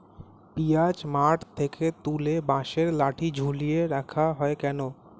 পিঁয়াজ মাঠ থেকে তুলে বাঁশের লাঠি ঝুলিয়ে রাখা হয় কেন?